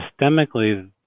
systemically